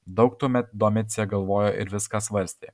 daug tuomet domicė galvojo ir viską svarstė